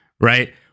right